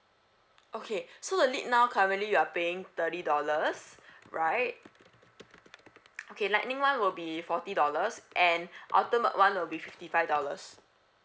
okay so the lit now currently you are paying thirty dollars right okay lightning [one] will be forty dollars and ultimate [one] will be fifty five dollars